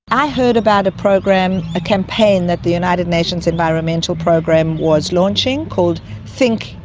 i heard about a program, a campaign that the united nations environmental program was launching called think.